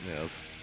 Yes